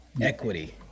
equity